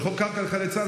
וחוק על חיילי צה"ל,